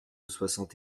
soixante